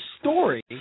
story